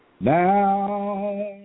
Now